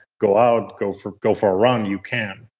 go out, go for go for a run, you can